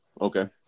okay